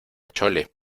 chole